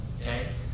okay